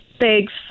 Thanks